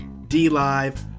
DLive